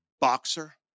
boxer